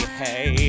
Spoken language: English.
hey